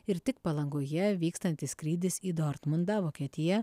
ir tik palangoje vykstantis skrydis į dortmundą vokietiją